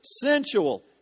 sensual